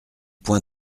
point